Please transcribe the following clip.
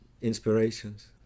inspirations